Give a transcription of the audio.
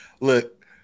Look